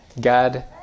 God